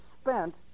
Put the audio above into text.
spent